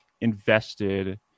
invested